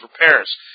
repairs